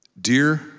Dear